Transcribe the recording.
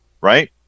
Right